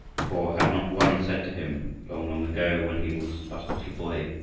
for had not one said to him, long long ago when he was but a little boy,